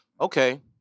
Okay